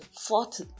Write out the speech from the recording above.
fourth